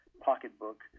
pocketbook